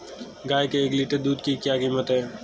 गाय के एक लीटर दूध की क्या कीमत है?